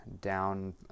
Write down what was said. down